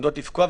עומדות לפקוע.